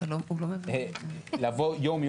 לבוא יום,